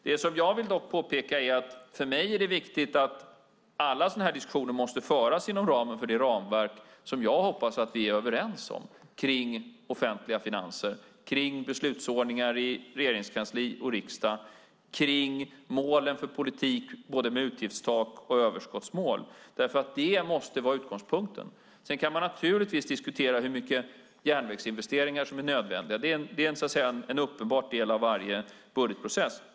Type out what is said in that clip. Det som jag vill påpeka är att det för mig är viktigt att alla sådana här diskussioner måste föras inom ramen för det ramverk som jag hoppas att vi är överens om när det gäller offentliga finanser, beslutsordningar i regeringskansli och riksdag samt målen för politik med både utgiftstak och överskottsmål. Det måste vara utgångspunkten. Sedan kan man naturligtvis diskutera hur mycket av järnvägsinvesteringar som är nödvändigt. Det är så att säga en uppenbar del av varje budgetprocess.